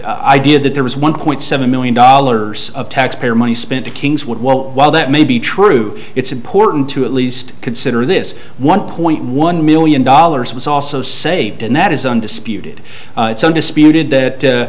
idea that there was one point seven million dollars of taxpayer money spent to kings what well while that may be true it's important to at least consider this one point one million dollars was also saved and that is undisputed undisputed that